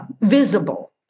visible